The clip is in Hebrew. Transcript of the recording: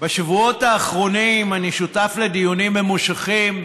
בשבועות האחרונים אני שותף לדיונים ממושכים,